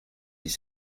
dix